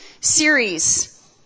series